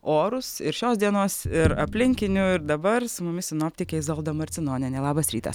orus ir šios dienos ir aplinkinių ir dabar su mumis sinoptikė izolda marcinonienė labas rytas